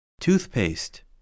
Toothpaste